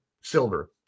silver